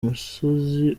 musozi